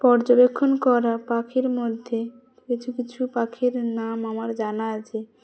পর্যবেক্ষণ করা পাখির মধ্যে কিছু কিছু পাখির নাম আমার জানা আছে